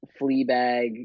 Fleabag